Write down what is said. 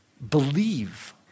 Believe